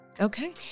Okay